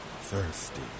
thirsty